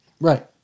right